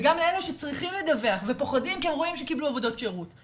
וגם לאלה שצריכים לדווח ופוחדים כי הם רואים שקיבלו עבודות שירות,